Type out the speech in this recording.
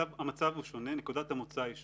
המצב הוא שונה, נקודת המוצא היא שונה,